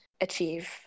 achieve